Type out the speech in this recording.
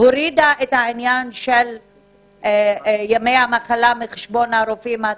הורידה את העניין של השתת ימי המחלה על חשבון הרופאים?